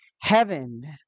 heaven